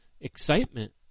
excitement